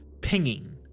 pinging